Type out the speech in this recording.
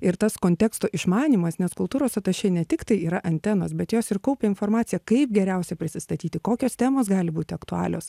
ir tas konteksto išmanymas nes kultūros atašė ne tik tai yra antenos bet jos ir kaupia informaciją kaip geriausia prisistatyti kokios temos gali būti aktualios